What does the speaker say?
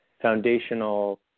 foundational